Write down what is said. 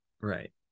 right